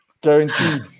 guaranteed